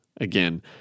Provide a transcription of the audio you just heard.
Again